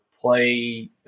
play